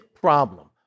problem